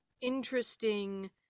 interesting